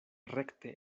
rekte